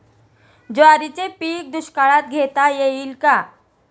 ज्वारीचे पीक दुष्काळात घेता येईल का?